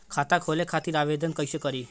खाता खोले खातिर आवेदन कइसे करी?